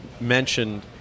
mentioned